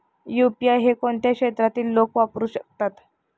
UPI हे कोणत्या क्षेत्रातील लोक वापरू शकतात?